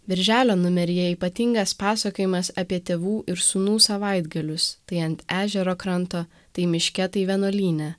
birželio numeryje ypatingas pasakojimas apie tėvų ir sūnų savaitgalius tai ant ežero kranto tai miške tai vienuolyne